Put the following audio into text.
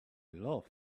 love